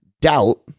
doubt